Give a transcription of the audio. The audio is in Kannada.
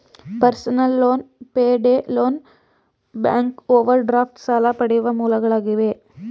personal loan, payday loan, bank overdraft ಸಾಲ ಪಡೆಯುವ ಮೂಲಗಳಾಗಿವೆ